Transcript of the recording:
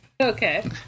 Okay